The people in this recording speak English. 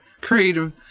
creative